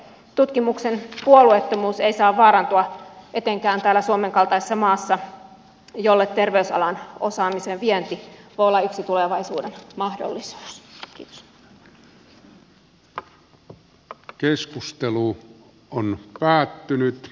tutkimuksen puolueettomuus ei saa vaarantua etenkään tällaisessa suomen kaltaisessa maassa jolle terveysalan osaamisen vienti voi olla yksi tulevaisuuden mahdollisuus